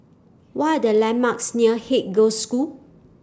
What Are The landmarks near Haig Girls' School